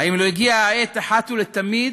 האם לא הגיעה העת אחת ולתמיד